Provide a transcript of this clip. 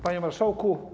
Panie Marszałku!